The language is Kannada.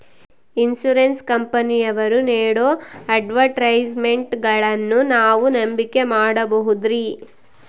ಇನ್ಸೂರೆನ್ಸ್ ಕಂಪನಿಯವರು ನೇಡೋ ಅಡ್ವರ್ಟೈಸ್ಮೆಂಟ್ಗಳನ್ನು ನಾವು ನಂಬಿಕೆ ಮಾಡಬಹುದ್ರಿ?